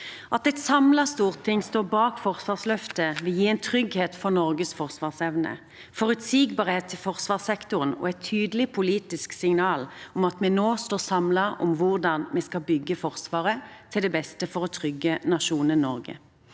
At et samlet storting står bak forsvarsløftet, vil gi en trygghet for Norges forsvarsevne, forutsigbarhet for forsvarssektoren og et tydelig politisk signal om at vi nå står samlet om hvordan vi skal bygge Forsvaret til det beste for å trygge nasjonen Norge.